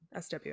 SW